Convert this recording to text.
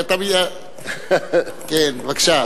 כן, בבקשה.